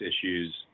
issues